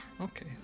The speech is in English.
Okay